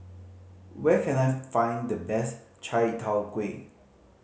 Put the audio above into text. where can I find the best Chai Tow Kuay